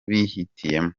bihitiyemo